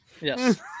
Yes